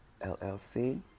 LLC